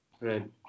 Right